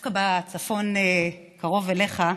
דווקא בצפון, קרוב אליך,